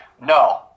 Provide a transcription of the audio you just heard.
No